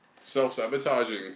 Self-sabotaging